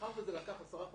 מאחר וזה לקח עשרה חודשים,